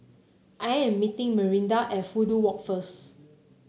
I am meeting Marinda at Fudu Walk first